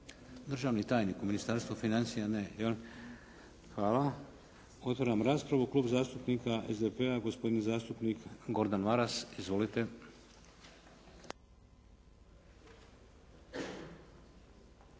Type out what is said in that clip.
Državni tajnik u Ministarstvu financija ne jel'? Hvala. Otvaram raspravu. Klub zastupnika SDP-a, gospodin zastupnik Gordan Maras. Izvolite. **Maras,